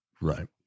Right